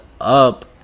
up